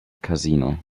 casino